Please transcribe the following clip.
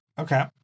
Okay